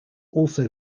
also